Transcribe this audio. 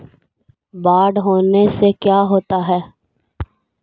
बाढ़ होने से का क्या होता है?